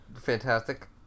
fantastic